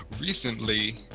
recently